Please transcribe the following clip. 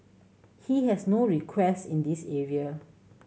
he has no request in this area